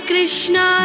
Krishna